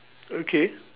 okay